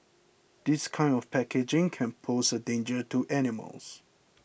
this kind of packaging can pose a danger to animals